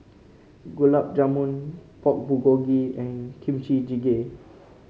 Gulab Jamun Pork Bulgogi and Kimchi Jjigae